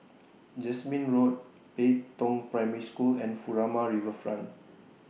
Jasmine Road Pei Tong Primary School and Furama Riverfront